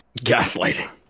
gaslighting